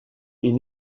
est